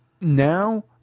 now